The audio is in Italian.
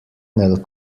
nel